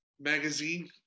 magazine